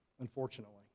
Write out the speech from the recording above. unfortunately